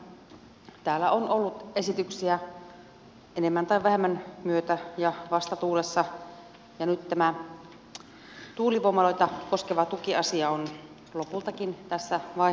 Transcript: tänä iltana täällä on ollut esityksiä enemmän tai vähemmän myötä ja vastatuulessa ja nyt tämä tuulivoimaloita koskeva tukiasia on lopultakin tässä vaiheessa